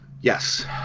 Yes